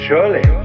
Surely